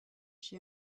she